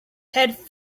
head